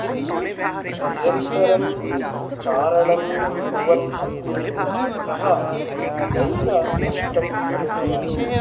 किन्तु निरन्तरं चारणं कुर्वन् अस्मि इत्यतः नैव कष्टम् अनुभवामि